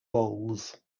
roles